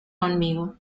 conmigo